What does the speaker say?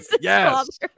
yes